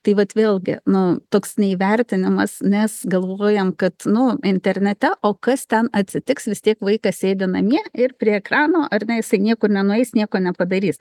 tai vat vėlgi nu toks neįvertinimas nes galvojam kad nu internete o kas ten atsitiks vis tiek vaikas sėdi namie ir prie ekrano ar ne jisai niekur nenueis nieko nepadarys